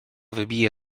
wybiję